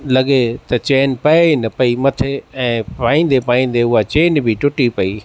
लॻे त चैन पए ई न पई मथे ऐं पाईंदे पाईंदे उहा चैन बि टुटी पेई